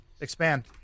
Expand